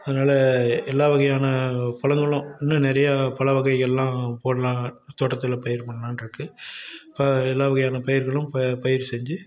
அதனால எல்லா வகையான பழங்களும் இன்னும் நிறைய பழ வகைகள்லாம் போடலாம் தோட்டத்தில் பயிர் பண்ணலான்ருக்கு எல்லா வகையான பயிர்களும் ப பயிர் செஞ்சு